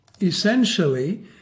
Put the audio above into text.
essentially